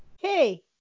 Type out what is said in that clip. Hey